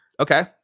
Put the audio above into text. Okay